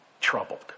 troubled